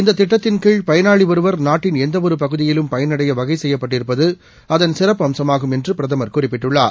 இந்த திட்டத்தின்கீழ் பயளாளி ஒருவர் நாட்டின் எந்த ஒரு பகுதியிலும் பயனடைய வகை செய்யப்பட்டிருப்பது அதன் சிறப்பு அம்சமாகும் என்றும் பிரதமர் குறிப்பிட்டுள்ளார்